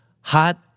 Hot